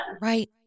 Right